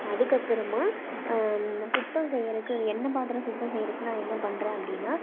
அதுக்கப்புறமா நான் சுத்தம் செய்யிறதுக்கு எண்ணெய் பாத்திரம் சுத்தம் செய்யிறதுக்கு நான் என்ன பண்ணுறேன் அப்படின்னா